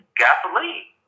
gasoline